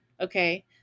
okay